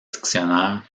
dictionnaire